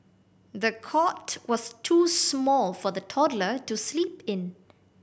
the cot was too small for the toddler to sleep in